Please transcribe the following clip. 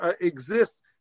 exist